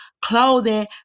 clothing